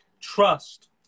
trust